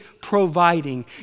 providing